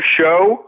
show